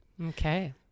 Okay